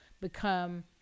become